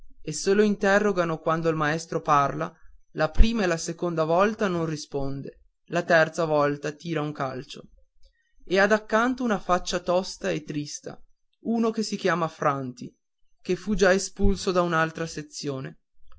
e se lo interrogano quando il maestro parla la prima e la seconda volta non risponde la terza volta tira un calcio e ha daccanto una faccia tosta e trista uno che si chiama franti che fu già espulso da un'altra sezione